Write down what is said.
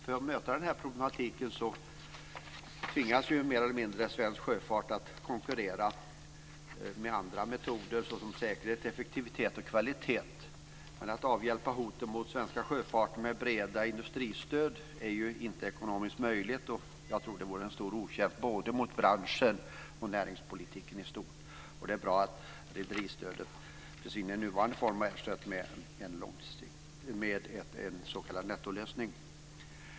För att möta den här problematiken tvingas svensk sjöfart att konkurrera med metoder som säkerhet, effektivitet och kvalitet, men att avhjälpa hoten mot den svenska sjöfarten med breda industristöd är inte ekonomiskt möjligt. Jag tror också att det skulle vara en stor otjänst både mot branschen och mot näringspolitiken i stort. Det är bra att rederistödet i sin nuvarande form ersätts med en s.k. nettolösning.